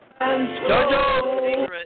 Jojo